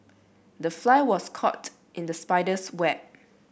the fly was caught in the spider's web